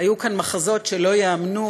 היו כאן מחזות שלא ייאמנו,